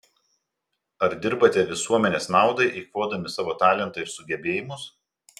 ar dirbate visuomenės naudai eikvodami savo talentą ir sugebėjimus